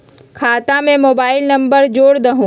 खाता में mobile number जोड़ दहु?